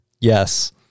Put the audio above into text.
Yes